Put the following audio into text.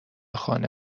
خانه